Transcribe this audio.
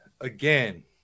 again